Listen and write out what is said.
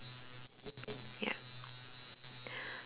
ya